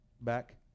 Back